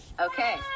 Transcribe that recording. Okay